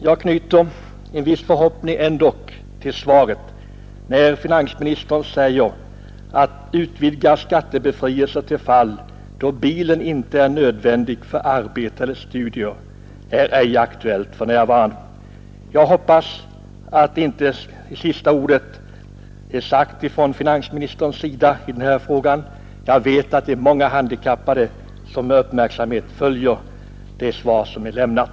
Jag knyter ändock en viss förhoppning till svaret, eftersom finansministern säger att en utvidgning av skattebefrielsen till fall då bilen inte är nödvändig för arbete eller studier ej är aktuell för närvarande. Jag hoppas att finansministern ännu inte sagt sista ordet i den här frågan. Jag vet att många handikappade med uppmärksamhet tar del av det svar som är lämnat.